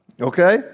okay